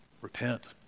repent